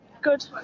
Good